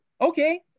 Okay